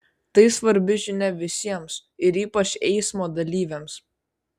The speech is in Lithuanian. tai svarbi žinia visiems ir ypač eismo dalyviams